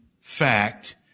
fact